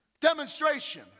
Demonstration